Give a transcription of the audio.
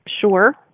Sure